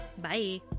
Bye